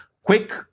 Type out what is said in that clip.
Quick